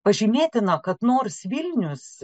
pažymėtina kad nors vilnius